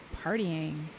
partying